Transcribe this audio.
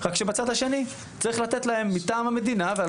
רק שבצד שני ואני בקואליציה,